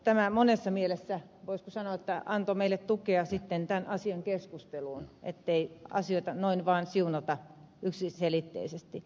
tämä monessa mielessä voisiko sanoa antoi meille tukea keskusteluun tästä asiasta ettei asioita noin vaan siunata yksiselitteisesti